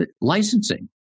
licensing